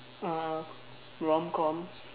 uh rom com